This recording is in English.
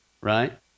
right